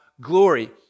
glory